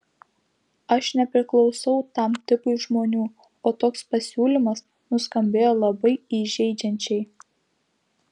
aš nepriklausau tam tipui žmonių o toks pasiūlymas nuskambėjo labai įžeidžiančiai